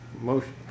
motion